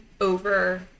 over